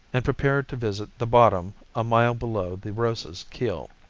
and prepared to visit the bottom a mile below the rosa's keel.